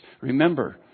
Remember